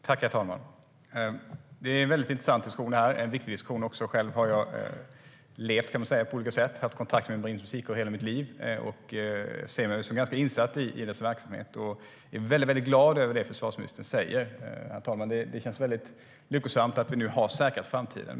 Herr talman! Det är en intressant och viktig diskussion. Själv har jag på olika sätt haft kontakt med Marinens musikkår i hela mitt liv. Jag ser mig som ganska insatt i dess verksamhet och är glad över det försvarsministern säger, herr talman. Det känns lyckosamt att vi nu har säkrat framtiden.